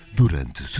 durante